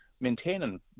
maintaining